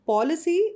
Policy